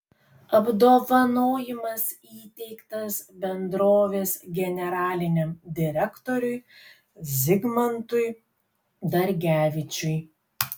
apdovanojimas įteiktas bendrovės generaliniam direktoriui zigmantui dargevičiui